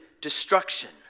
destruction